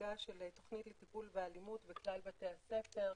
תוכנית לטיפול באלימות בכלל בתי הספר.